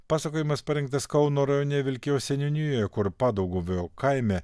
pasakojimas parengtas kauno rajone vilkijos seniūnijoje kur padauguvio kaime